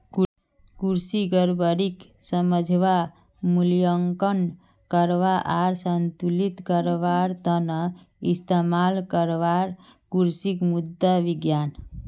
कृषि गड़बड़ीक समझवा, मूल्यांकन करवा आर संतुलित करवार त न इस्तमाल करवार कृषि मृदा विज्ञान